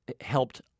helped